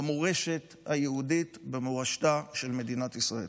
במורשת היהודית, במורשתה של מדינת ישראל.